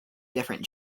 different